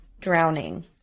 Drowning